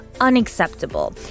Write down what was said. unacceptable